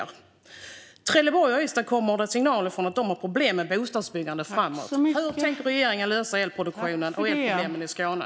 Från Trelleborg kommer signaler om att man har problem med bostadsbyggandet framöver. Hur tänker regeringen lösa problemen med elproduktion i Skåne?